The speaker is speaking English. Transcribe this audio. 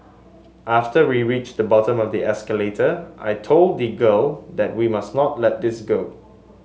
after we reached the bottom of the escalator I told the girl that we must not let this go